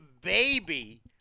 baby